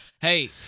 Hey